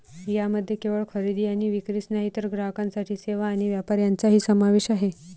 यामध्ये केवळ खरेदी आणि विक्रीच नाही तर ग्राहकांसाठी सेवा आणि व्यापार यांचाही समावेश आहे